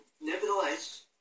Nevertheless